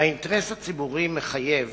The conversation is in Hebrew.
האינטרס הציבורי מחייב